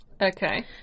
Okay